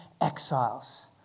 exiles